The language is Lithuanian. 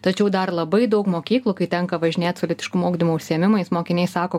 tačiau dar labai daug mokyklų kai tenka važinėt su lytiškumo ugdymo užsiėmimais mokiniai sako